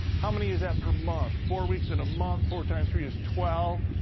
how many is that per month? four weeks in a month, four times three is twelve.